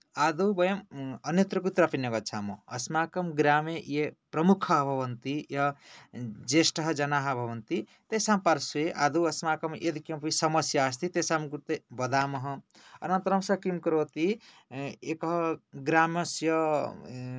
आदौ वयं अन्यत्र कुत्रापि न गच्छामः अस्माकं ग्रामे ये प्रमुखाः भवन्ति या ज्येष्ठाः जनाः भवन्ति तेषां पार्ष्वे आदौ अस्माकं यद् किमपि समस्या अस्ति तेषां कृते वदामः अनन्तरं सः किं करोति एकः ग्रामस्य